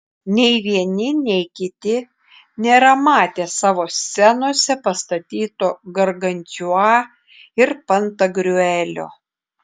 nei vieni nei kiti nėra matę savo scenose pastatyto gargantiua ir pantagriuelio